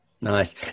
Nice